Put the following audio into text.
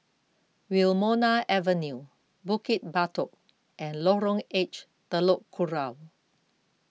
Wilmonar Avenue Bukit Batok and Lorong H Telok Kurau